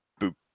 boop